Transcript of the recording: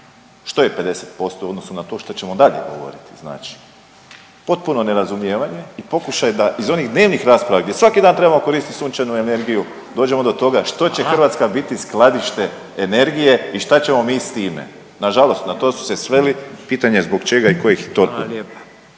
Što je 50% u odnosu na to što ćemo dalje govoriti. Znači, potpuno nerazumijevanje, pokušaj da iz onih dnevnih rasprava gdje svaki dan trebamo koristiti sunčanu energiju dođemo do toga što će Hrvatska biti skladište energije i šta ćemo mi sa time? Na žalost na to su se sveli, pitanje zbog čega i kojih torbi?